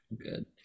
good